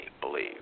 believe